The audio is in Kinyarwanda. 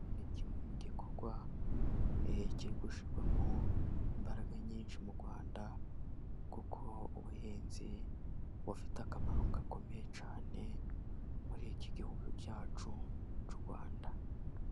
iki ni kimwe mu gikorwa cyo gushirwamo imbaraga nyinshi m'U rwanda, kuko ubuhinzi bufite akamaro gakomeye cyane muri iki gihugu cyacu cy'U Rwanda.